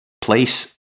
place